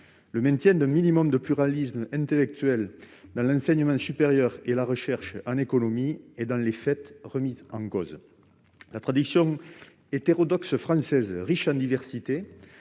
le maintien d'un minimum de pluralisme intellectuel dans l'enseignement supérieur et la recherche en économie est remis en cause. Pourtant, la tradition hétérodoxe française, riche et diverse,